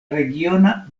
regiona